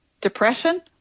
depression